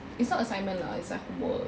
it's not assignment lah it's like homework